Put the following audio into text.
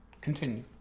Continue